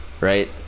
right